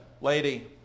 lady